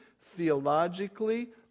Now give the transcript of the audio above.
theologically